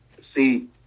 See